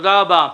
תודה רבה.